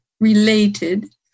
related